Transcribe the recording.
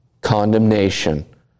condemnation